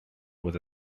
with